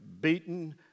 beaten